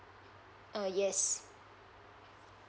oh yes